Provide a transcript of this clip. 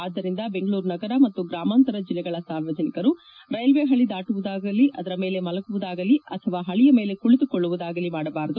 ಆದ್ದರಿಂದ ಬೆಂಗಳೂರು ನಗರ ಮತ್ತು ಗ್ರಾಮಾಂತರ ಜಿಲ್ಲೆಗಳ ಸಾರ್ವಜನಿಕರು ರೈಲ್ವೆ ಹಳಿಯನ್ನು ದಾಟುವುದಾಗಲಿ ಅದರ ಮೇಲೆ ಮಲಗುವುದಾಗಲಿ ಅಥವಾ ಹಳಯ ಮೇಲೆ ಕುಳಿತುಕೊಳ್ಳುವುದಾಗಲಿ ಮಾಡಬಾರದು